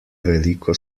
veliko